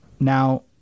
Now